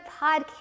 Podcast